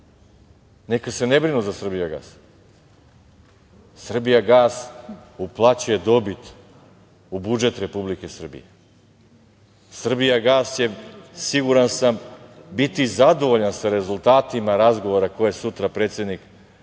Neka se ne brinu za Srbijagas, Srbijagas uplaćuje dobit u budžet Republike Srbije. Srbijagas je siguran sam, biti zadovoljan sa rezultatima razgovora koje sutra predsednik Srbije